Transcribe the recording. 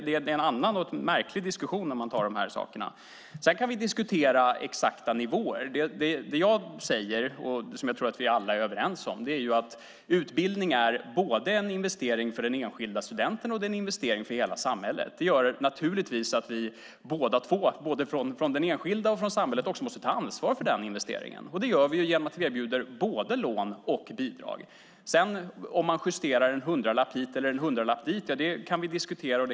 Det är en annan och märklig diskussion i fråga om dessa saker. Sedan kan vi diskutera exakta nivåer. Det som jag säger, och som jag tror att vi alla är överens om, är att utbildning är både en investering för den enskilda studenten och en investering för hela samhället. Det gör naturligtvis att både den enskilda och samhället också måste ta ansvar för denna investering. Det gör vi genom att vi erbjuder både lån och bidrag. En justering med en hundralapp hit eller dit kan vi diskutera.